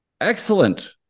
Excellent